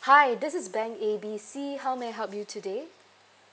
hi this is bank A B C how may I help you today